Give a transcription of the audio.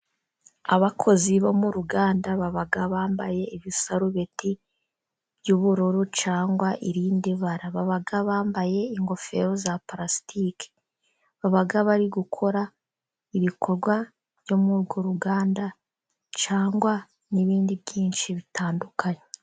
Abakozi bo mu ruganda baba bambaye ibisarubeti by'ubururu, cyangwa irindi bara. Baba bambaye ingofero za purasitike, baba bari gukora ibikorwa byo muri urwo ruganda, cyangwa n'ibindi byinshi bitandukanye.